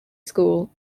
school